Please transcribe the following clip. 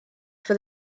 for